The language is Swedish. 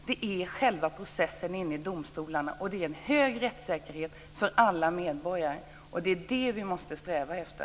Det är själva processen inne i domstolarna och en stor rättssäkerhet för alla medborgare, och det är det vi måste sträva efter.